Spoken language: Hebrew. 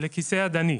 לכיסא ידני.